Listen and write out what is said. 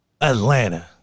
atlanta